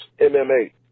MMA